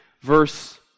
verse